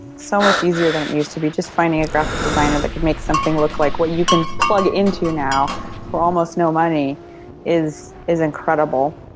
so much easier than it used to be. just finding a graphic designer that could make something look like what you can plug into now for almost no money is is incredible.